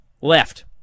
left